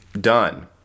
done